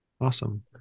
Awesome